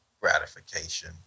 gratification